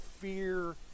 fear